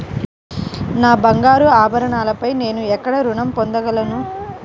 నా బంగారు ఆభరణాలపై నేను ఎక్కడ రుణం పొందగలను?